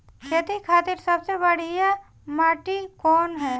खेती खातिर सबसे बढ़िया माटी कवन ह?